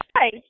Hi